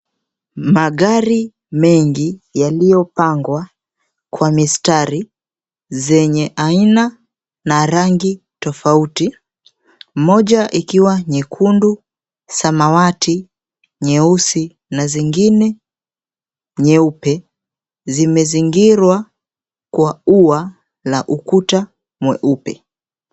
Magari mengi yaliyopangwa kwa mistari zenye aina na rangi tofauti. Moja ikiwa nyekundu, samawati, nyeusi na zingine nyeupe zimezingirwa kwa ua la ukuta mweupe.